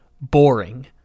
boring